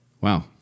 Wow